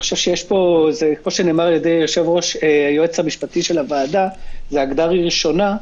כמו שנאמר על ידי היועץ המשפטי לוועדה זו הגדרה ראשונה,